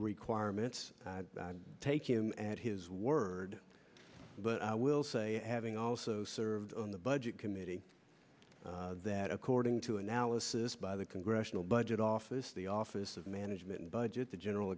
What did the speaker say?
requirements and take him at his word but i will say having also served on the budget committee that according to analysis by the congressional budget office the office of management and budget the general